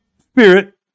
spirit